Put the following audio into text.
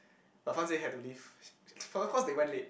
but fang jie had to leave cause cause they went late